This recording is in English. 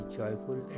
joyful